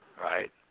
right